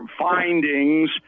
findings